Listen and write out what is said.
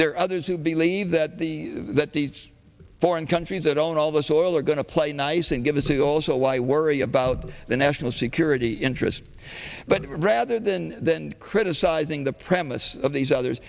there are others who believe that the that these foreign countries that own all this oil are going to play nice and give us who also why worry about the national security interest but rather than than criticizing the premise of these others